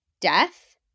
death